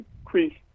increase